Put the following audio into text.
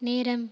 நேரம்